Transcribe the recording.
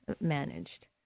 managed